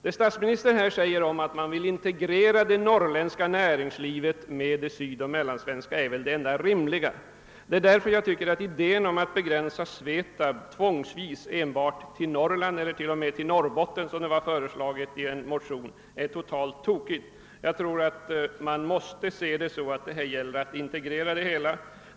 Det statsministern säger om att man vill integrera det norrländska näringslivet med det sydoch mellansvenska är väl det enda rimliga. Det är därför jag tycker att idén om att begränsa SVETAB tvångsvis enbart till Norrland eller till och med enbart till Norrbotten, som hade föreslagits i en motion, är helt tokig. Vi måste se saken så, att det gäller att åstadkomma en integration.